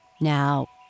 Now